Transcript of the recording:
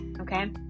Okay